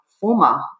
former